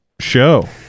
show